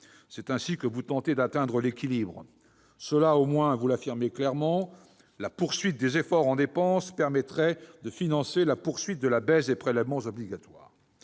C'est ainsi que vous tentez d'atteindre l'équilibre. Cela, au moins, vous l'affirmez clairement :« la poursuite des efforts en dépense permettrait de financer la poursuite de la baisse des prélèvements obligatoires